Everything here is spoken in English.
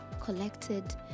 collected